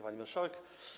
Pani Marszałek!